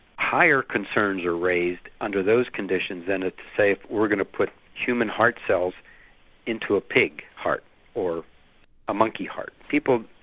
higher concerns are raised under those conditions than if, say, we're going to put human heart cells into a pig heart or a monkey heart. people,